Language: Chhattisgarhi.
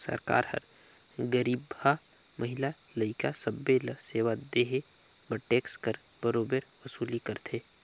सरकार हर गरीबहा, महिला, लइका सब्बे ल सेवा देहे बर टेक्स कर बरोबेर वसूली करथे